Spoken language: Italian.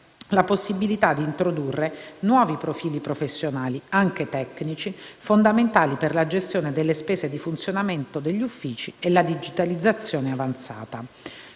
la possibilità di introdurre nuovi profili professionali, anche tecnici, fondamentali per la gestione delle spese di funzionamento degli uffici e la digitalizzazione avanzata.